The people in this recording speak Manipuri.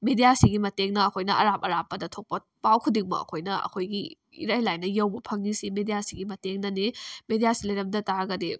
ꯃꯦꯗꯤꯌꯥꯁꯤꯒꯤ ꯃꯇꯦꯡꯅ ꯑꯩꯈꯣꯏꯅ ꯑꯔꯥꯞ ꯑꯔꯥꯞꯄꯗ ꯊꯣꯛꯄ ꯄꯥꯎ ꯈꯨꯗꯤꯡꯃꯛ ꯑꯩꯈꯣꯏꯅ ꯑꯩꯈꯣꯏꯒꯤ ꯏꯔꯥꯏ ꯂꯥꯏꯅ ꯌꯧꯕ ꯐꯪꯏꯁꯤ ꯃꯦꯗꯤꯌꯥꯁꯤꯒꯤ ꯃꯇꯦꯡꯅꯅꯤ ꯃꯦꯗꯤꯌꯥꯁꯤ ꯂꯩꯔꯝꯗ ꯇꯥꯔꯒꯗꯤ